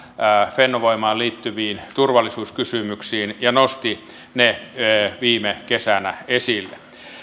fennovoimaan liittyviin turvallisuuskysymyksiin ja nosti ne viime kesänä esille